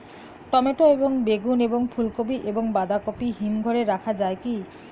Tomato এবং বেগুন এবং ফুলকপি এবং বাঁধাকপি হিমঘরে রাখা যায় কি?